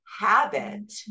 habit